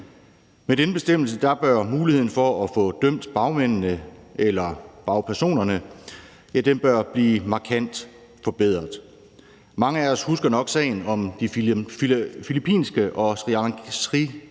Med denne bestemmelse bør muligheden for at få dømt bagmændene eller bagpersonerne blive markant forbedret. Mange af os husker nok sagen om de filippinske og srilankanske